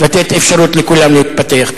לתת אפשרות לכולם להתפתח.